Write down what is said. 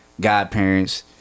godparents